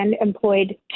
employed